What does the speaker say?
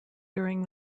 during